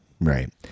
Right